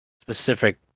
specific